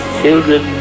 children